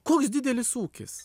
koks didelis ūkis